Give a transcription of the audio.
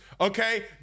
Okay